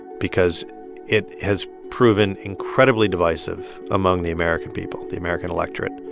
because it has proven incredibly divisive among the american people, the american electorate.